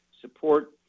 support